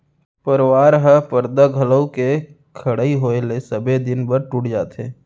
परवार ह परदा घलौ के खड़इ होय ले सबे दिन बर टूट जाथे